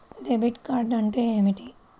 Debit card అంటే ఏమిటి?